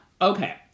Okay